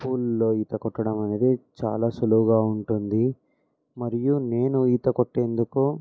పూల్లో ఈత కొట్టడం అనేది చాలా సులువుగా ఉంటుంది మరియు నేను ఈత కొట్టేందుకు